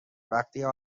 بده